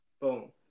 Boom